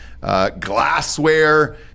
glassware